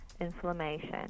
inflammation